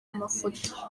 mafoto